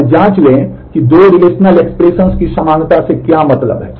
और जांच लें कि दो रिलेशनल एक्सप्रेशंस की समानता से क्या मतलब है